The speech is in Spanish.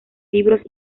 libros